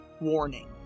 warning